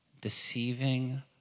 deceiving